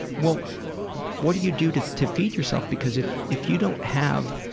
what what do you do to to feed yourself? because if if you don't have